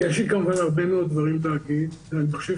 יש לי כמובן הרבה מאוד דברים להגיד ואני חושב